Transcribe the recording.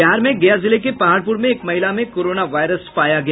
बिहार में गया जिले के पहाड़पूर में एक महिला में कोरोना वायरस पाया गया